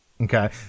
okay